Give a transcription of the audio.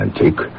antique